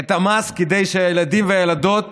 את המס, כדי שהילדים והילדות